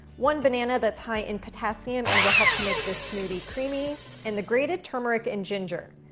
one banana that's high in potassium and will help to make this smoothie creamy and the grated turmeric and ginger.